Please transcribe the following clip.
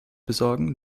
besorgen